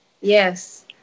yes